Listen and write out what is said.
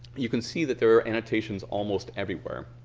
you can see that there are annotations almost everywhere.